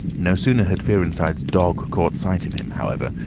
no sooner had fearenside's dog caught sight of him, however,